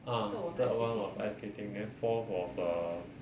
ah third [one] was ice skating then fourth was err